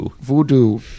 Voodoo